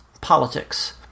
politics